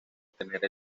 obtener